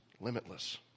limitless